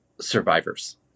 survivors